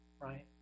Right